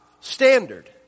standard